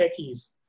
techies